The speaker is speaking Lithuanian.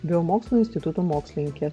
geomokslų instituto mokslininkė